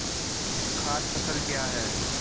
खाद्य फसल क्या है?